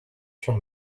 sur